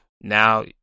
now